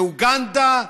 אוגנדה,